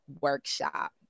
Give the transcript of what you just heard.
workshop